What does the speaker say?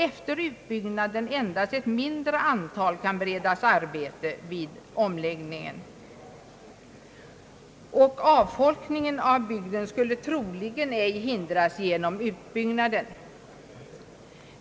Efter utbyggnaden kan endast ett mindre antal beredas arbete vid anläggningen, och avfolkningen av bygden skulle troligen inte hindras genom utbyggnaden.